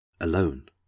alone